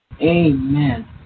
Amen